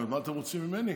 אומרת: מה אתם רוצים ממני?